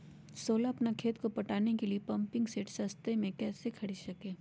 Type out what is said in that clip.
सोलह अपना खेत को पटाने के लिए पम्पिंग सेट कैसे सस्ता मे खरीद सके?